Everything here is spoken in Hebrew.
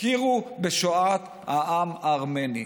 הכירו בשואת העם הארמני.